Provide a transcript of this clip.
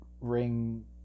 ring